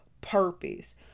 purpose